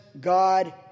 God